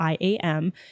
iam